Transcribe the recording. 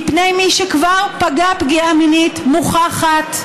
מפני מי שכבר פגע פגיעה מינית מוכחת,